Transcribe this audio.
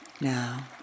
Now